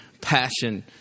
passion